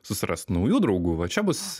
susirast naujų draugų va čia bus